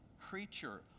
creature